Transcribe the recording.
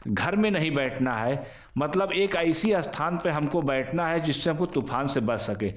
घर में नहीं बैठना है मतलब एक ऐसे स्थान पर हम को बैठना है जिससे हम को तूफ़ान से बच सकें